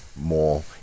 more